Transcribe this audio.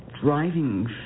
driving